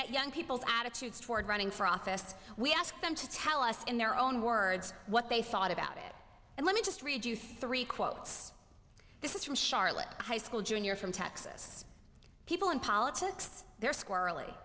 get young people's attitudes toward running for office we asked them to tell us in their own words what they thought about it and let me just read you three quotes this is from charlotte high school junior from texas people in politics they're squirrely